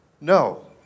no